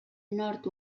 nord